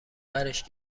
برش